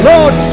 Lord